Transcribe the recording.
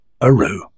Aru